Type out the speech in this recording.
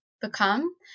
become